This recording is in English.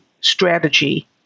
strategy